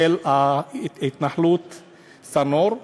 של ההתנחלות שא-נור.